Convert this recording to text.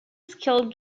skilled